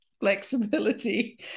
flexibility